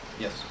Yes